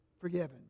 forgiven